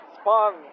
Spawn